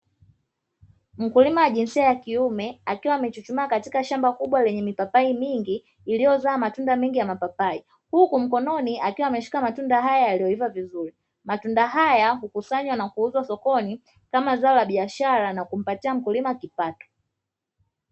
Mkulima wa jinsia ya kiume akiwa amechuchumaa katika shamba kubwa lenye mipapai mingi iliyozaa matunda mengi ya mapapai, huku mkononi akiwa ameshika matunda haya yaliyoiva vizuri. Matunda haya hukusanywa na kuuzwa sokoni kama zao la biashara na kumpatia mkulima kipato.